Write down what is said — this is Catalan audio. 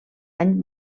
any